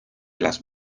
las